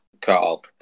Carl